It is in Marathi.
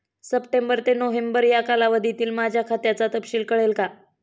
सप्टेंबर ते नोव्हेंबर या कालावधीतील माझ्या खात्याचा तपशील कळेल का?